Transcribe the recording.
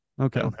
Okay